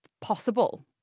possible